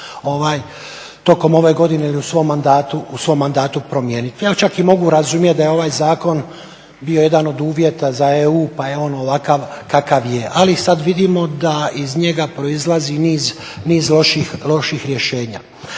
tokom ove godine ili u svom mandatu promijeniti. Evo, čak i mogu razumjeti da je ovaj zakon bio jedan od uvjeta za EU pa je on ovakav kakav je, ali sada vidimo da iz njega proizlazi niz loših rješenja.